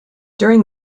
during